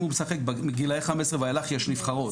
מגילאי 15 ואילך יש נבחרות.